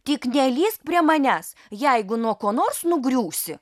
tik nelįsk prie manęs jeigu nuo ko nors nugriūsi